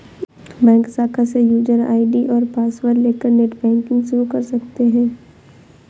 bank शाखा से user ID और पॉसवर्ड लेकर नेटबैंकिंग शुरू कर सकते है